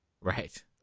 Right